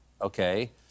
okay